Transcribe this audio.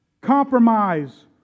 Compromise